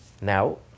Now